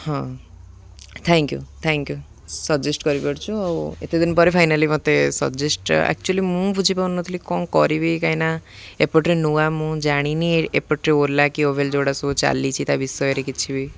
ହଁ thank you thank you suggest କରିପାରୁଚୁ ଆଉ ଏତେ ଦିନ ପରେ ଫାଇନାଲି ମୋତେ ସଜେଷ୍ଟ ଆକ୍ଚୁଲି ମୁଁ ବୁଝିପାରୁନଥିଲି କଣ କରିବି କାହିଁକି ନା ଏପଟରେେ ନୂଆ ମୁଁ ଜାଣିନି ଏପଟରେେ ଓଲା କି ଓଭେଲ ଯୋଉଟା ସବୁ ଚାଲିଚି ତା ବିଷୟରେ କିଛି ବି